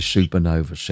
Supernova